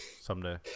someday